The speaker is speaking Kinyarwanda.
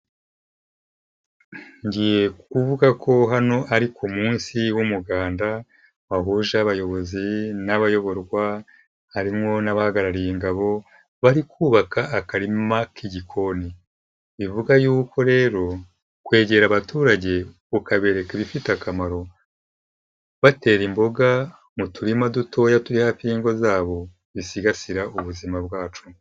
Ngiye kuvuga ko hano ari ku munsi w'umuganda, wahuje abayobozi n'abayoborwa harimo n'abahagarariye ingabo, bari kubaka akarima k'igikoni, bivuga yuko rero kwegera abaturage ukabereka ibifite akamaro, batera imboga mu turima dutoya turi hafi y'ingo zabo bisigasira ubuzima bwacu.